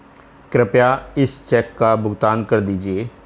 कृपया इस चेक का भुगतान कर दीजिए